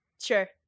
Sure